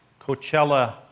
Coachella